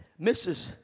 Mrs